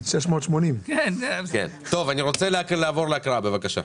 אני רוצה לעבור להקראה, בבקשה.